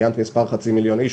ציינת את המספר חצי מיליון איש,